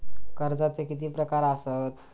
कर्जाचे किती प्रकार असात?